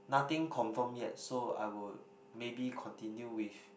nothing confirm yet so I would maybe continue with